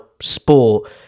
sport